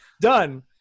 done